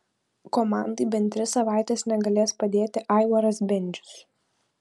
komandai bent tris savaites negalės padėti aivaras bendžius